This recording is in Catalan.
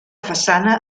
façana